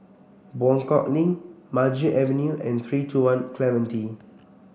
Buangkok Link Maju Avenue and three two One Clementi